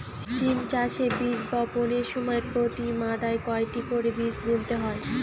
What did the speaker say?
সিম চাষে বীজ বপনের সময় প্রতি মাদায় কয়টি করে বীজ বুনতে হয়?